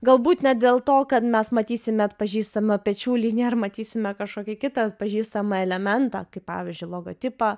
galbūt ne dėl to kad mes matysime atpažįstama pečių linija ar matysime kažkokį kitą atpažįstamą elementą kaip pavyzdžiui logotipą